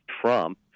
Trump